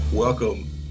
Welcome